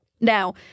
Now